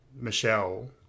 Michelle